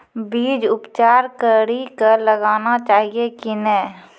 बीज उपचार कड़ी कऽ लगाना चाहिए कि नैय?